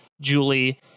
Julie